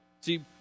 See